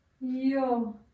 Yo